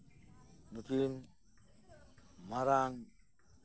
ᱱᱩᱠᱤᱱ ᱢᱟᱨᱟᱝ